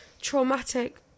traumatic